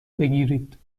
بگیرید